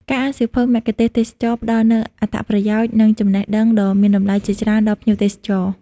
ការអានសៀវភៅមគ្គុទ្ទេសក៍ទេសចរណ៍ផ្ដល់នូវអត្ថប្រយោជន៍ និងចំណេះដឹងដ៏មានតម្លៃជាច្រើនដល់ភ្ញៀវទេសចរ។